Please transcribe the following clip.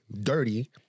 dirty